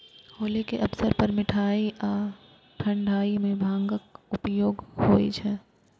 होली के अवसर पर मिठाइ आ ठंढाइ मे भांगक उपयोग होइ छै